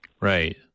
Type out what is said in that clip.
Right